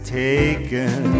taken